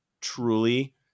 truly